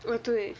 orh 对